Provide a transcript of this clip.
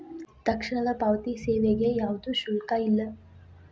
ತಕ್ಷಣದ ಪಾವತಿ ಸೇವೆಗೆ ಯಾವ್ದು ಶುಲ್ಕ ಇಲ್ಲ